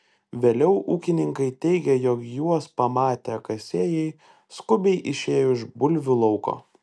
vėliau ūkininkai teigė jog juos pamatę kasėjai skubiai išėjo iš bulvių lauko